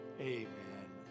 Amen